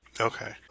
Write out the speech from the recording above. Okay